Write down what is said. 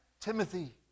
Timothy